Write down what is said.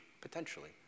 potentially